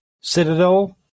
Citadel